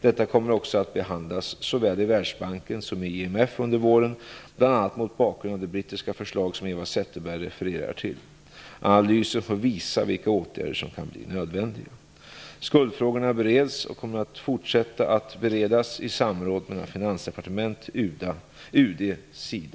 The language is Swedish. Detta kommer också att behandlas såväl i Världsbanken som i IMF under våren, bl.a. mot bakgrund av det brittiska förslag som Eva Zetterberg refererar till. Analysen får visa vilka åtgärder som kan bli nödvändiga. Skuldfrågan bereds och kommer att fortsätta att beredas, i samråd mellan Finansdepartementet, UD,